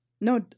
No